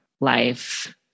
life